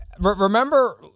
Remember